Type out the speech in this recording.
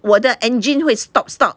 我的 engine 会 stop stop